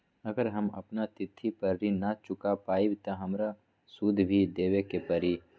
अगर हम अपना तिथि पर ऋण न चुका पायेबे त हमरा सूद भी देबे के परि?